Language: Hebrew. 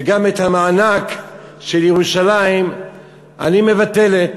וגם את המענק של ירושלים אני מבטלת.